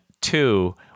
two